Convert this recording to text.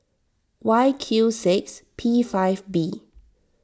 Y Q six P five B